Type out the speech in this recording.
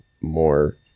more